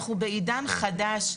אנחנו בעידן חדש.